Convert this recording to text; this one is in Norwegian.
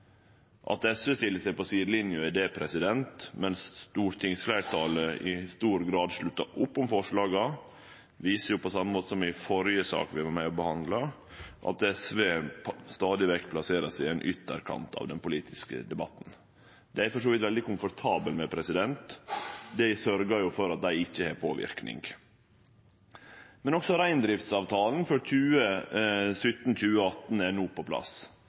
det, mens stortingsfleirtalet i stor grad sluttar opp om forslaga, viser jo, på same måte som i førre sak vi var med og behandla, at SV stadig vekk plasserer seg i ein ytterkant av den politiske debatten. Det er eg for så vidt veldig komfortabel med. Det sørgjer jo for at dei ikkje har påverknad. Men også reindriftsavtalen for 2017–2018 er no på plass.